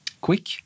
quick